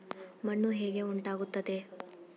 ಮಣ್ಣು ಹೇಗೆ ಉಂಟಾಗುತ್ತದೆ?